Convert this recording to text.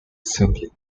sibling